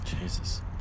Jesus